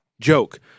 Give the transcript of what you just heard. joke